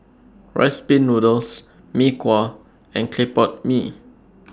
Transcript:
Rice Pin Noodles Mee Kuah and Clay Pot Mee